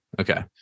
Okay